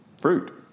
fruit